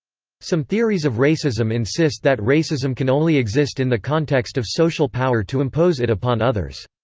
some theories of racism insist that racism can only exist in the context of social power to impose it upon others.